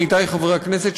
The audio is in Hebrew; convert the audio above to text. עמיתי חברי הכנסת,